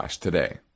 today